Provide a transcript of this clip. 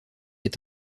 est